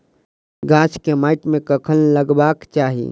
गाछ केँ माइट मे कखन लगबाक चाहि?